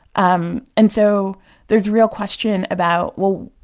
um and so there's real question about, well,